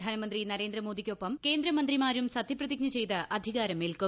പ്രധാനമന്ത്രി നരേന്ദ്രമോദിക്കൊപ്പം കേന്ദ്രമന്ത്രിമാരും സത്യപ്രതിജ്ഞ ചെയ്ത് അധികാരമേൽക്കും